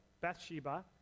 Bathsheba